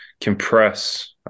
compress